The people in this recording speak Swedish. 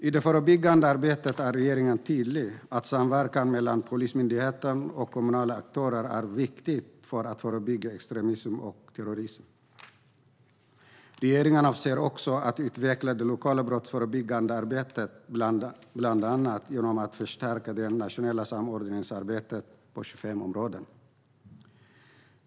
I det förebyggande arbetet är regeringen tydlig med att samverkan mellan Polismyndigheten och kommunala aktörer är viktigt för att förebygga extremism och terrorism. Regeringen avser att utveckla det lokala brottsförebyggande arbetet bland annat genom att förstärka det nationella samordningsarbetet på 25 områden.